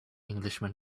englishman